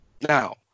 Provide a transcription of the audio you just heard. Now